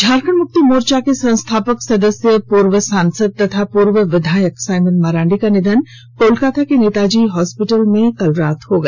झारखण्ड मुक्ति मोर्चा के संस्थापक सदस्य पूर्व सांसद तथा पूर्व विधायक साइमन मरांडी का निधन कोलकाता के नेताजी हॉस्पिटल में बीती रात हो गया